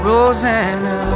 Rosanna